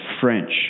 French